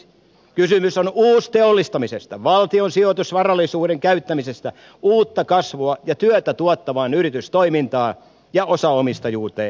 kysymys on uusteollistamisesta valtion sijoitusvarallisuuden käyttämisestä uutta kasvua ja työtä tuottavaan yritystoimintaan ja osaomistajuuteen